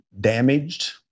damaged